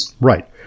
Right